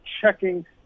checking